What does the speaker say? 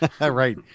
Right